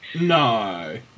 No